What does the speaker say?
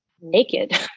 naked